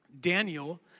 Daniel